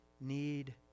need